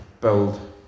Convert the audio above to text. build